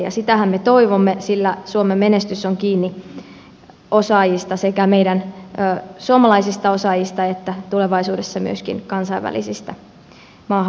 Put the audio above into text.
ja sitähän me toivomme sillä suomen menestys on kiinni osaajista sekä suomalaisista osaajista että tulevaisuudessa myöskin kansainvälisistä maahanmuuttajista